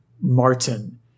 Martin